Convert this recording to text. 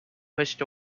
pushed